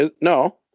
No